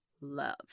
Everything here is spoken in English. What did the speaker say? love